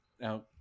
now